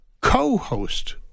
co-host